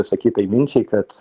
išsakytai minčiai kad